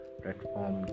platform